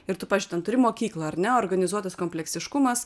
ir tu pavyzdžiui ten turi mokyklą ar ne organizuotas kompleksiškumas